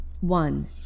One